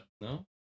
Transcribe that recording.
No